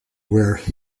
where